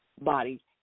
body